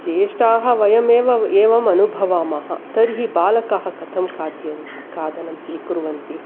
ज्येष्ठाः वयमेव एवम् अनुभवामः तर्हि बालकाः कथं खादनं खादनं स्वीकुर्वन्ति